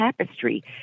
tapestry